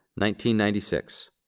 1996